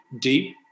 deep